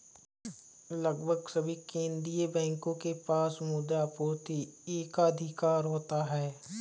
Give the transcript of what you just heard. लगभग सभी केंदीय बैंकों के पास मुद्रा आपूर्ति पर एकाधिकार होता है